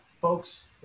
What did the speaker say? folks